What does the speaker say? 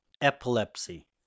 epilepsy